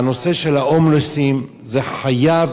הנושא של ההומלסים, חייב